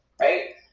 Right